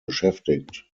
beschäftigt